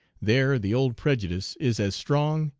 there the old prejudice is as strong,